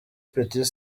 petit